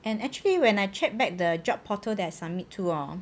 and actually when I check back the job portal that submit to ah